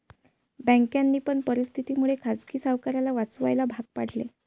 बँकांनी पण परिस्थिती मुळे खाजगी सावकाराला वाचवायला भाग पाडले